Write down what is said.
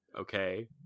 okay